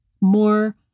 more